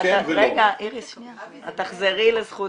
--- איריס, שנייה, את תחזרי לזכות